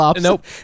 nope